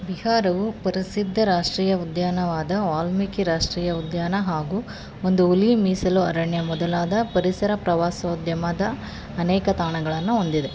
ಬಿಹಾರವು ಪ್ರಸಿದ್ಧ ರಾಷ್ಟ್ರೀಯ ಉದ್ಯಾನವಾದ ವಾಲ್ಮೀಕಿ ರಾಷ್ಟ್ರೀಯ ಉದ್ಯಾನ ಹಾಗು ಒಂದು ಹುಲಿ ಮೀಸಲು ಅರಣ್ಯ ಮೊದಲಾದ ಪರಿಸರ ಪ್ರವಾಸೋದ್ಯಮದ ಅನೇಕ ತಾಣಗಳನ್ನು ಹೊಂದಿದೆ